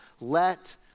Let